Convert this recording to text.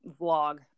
vlog